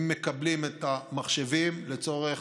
הם מקבלים את המחשבים לצורך